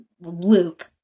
loop